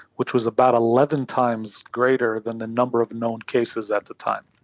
which was about eleven times greater than the number of known cases at the time.